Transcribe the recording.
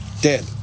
dead